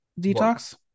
Detox